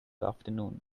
afternoon